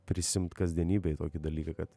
prisiimt kasdienybėj tokį dalyką kad